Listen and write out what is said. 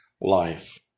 life